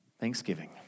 Thanksgiving